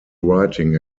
writing